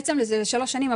זה בעצם לשלוש שנים,